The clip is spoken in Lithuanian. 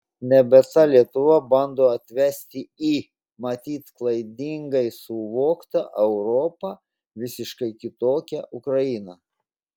nebe ta lietuva bando atvesti į matyt klaidingai suvoktą europą visiškai kitokią ukrainą